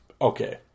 Okay